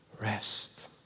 rest